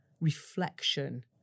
reflection